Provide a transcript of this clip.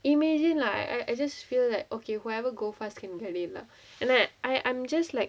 imagine lik~ like I just feel like okay whoever go first can get it lah and then I I'm just like